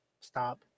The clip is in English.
stop